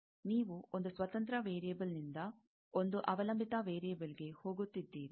ನೀವು ಒಂದು ಸ್ವತಂತ್ರ ವೇರಿಯೆಬಲ್ನಿಂದ ಒಂದು ಅವಲಂಬಿತ ವೇರಿಯೆಬಲ್ಗೆ ಹೋಗುತ್ತಿದ್ದೀರಿ